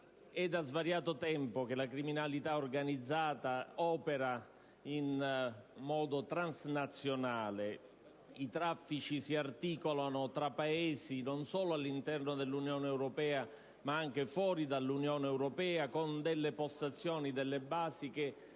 È da svariato tempo che la criminalità organizzata opera in modo transnazionale. I traffici si articolano tra Paesi non solo situati all'interno dell'Unione europea, ma anche fuori, con postazioni e basi che